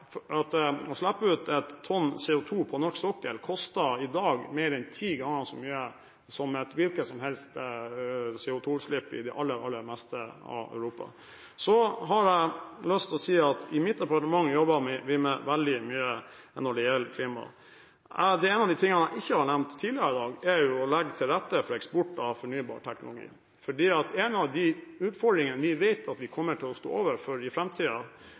å slippe ut ett tonn CO2 på norsk sokkel i dag koster mer enn ti ganger så mye som et hvilket som helst CO2-utslipp i det aller, aller meste av Europa. Så har jeg lyst til å si at i mitt departement jobber vi med veldig mye når det gjelder klima. En av de tingene jeg ikke har nevnt tidligere i dag, er å legge til rette for eksport av fornybar teknologi. En av de utfordringene vi vet at vi kommer til å stå overfor i